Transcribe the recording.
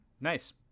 Nice